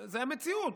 זו המציאות.